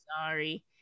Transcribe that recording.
sorry